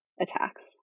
attacks